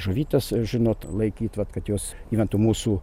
žuvytes žinot laikyt vat kad jos gyventų mūsų